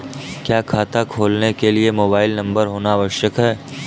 क्या खाता खोलने के लिए मोबाइल नंबर होना आवश्यक है?